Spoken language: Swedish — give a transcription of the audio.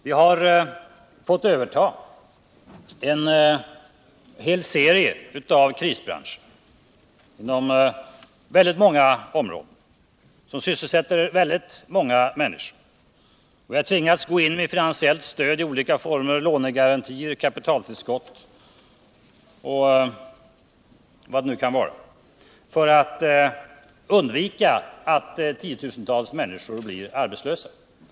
Vi har fått överta en hel serie av krisbranscher inom många områden som sysselsätter många människor. Vi har tvingats gå in med finansiellt stöd i olika former, lånegarantier, kapitaltillskott och vad det nu kan vara, för att undvika att tiotusentals människor blir arbetslösa.